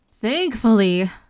Thankfully